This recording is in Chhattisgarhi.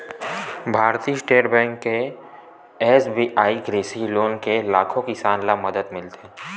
भारतीय स्टेट बेंक के एस.बी.आई कृषि लोन ले लाखो किसान ल मदद मिले हे